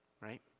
right